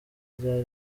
ryari